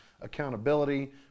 accountability